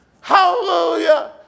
Hallelujah